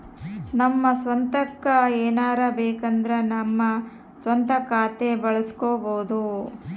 ನಮ್ಮ ಸ್ವಂತಕ್ಕ ಏನಾರಬೇಕಂದ್ರ ನಮ್ಮ ಸ್ವಂತ ಖಾತೆ ಬಳಸ್ಕೋಬೊದು